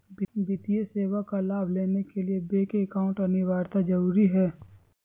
वित्तीय सेवा का लाभ लेने के लिए बैंक अकाउंट अनिवार्यता जरूरी है?